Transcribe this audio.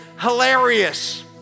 hilarious